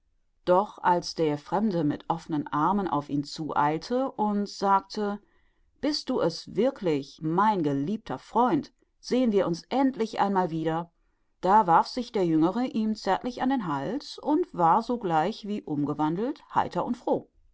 doch als der fremde mit offnen armen auf ihn zueilte und sagte bist du es wirklich mein geliebter freund sehen wir uns endlich einmal wieder da warf sich der jüngere ihm zärtlich an den hals und war sogleich wie ungewandelt heiter und froh